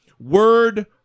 word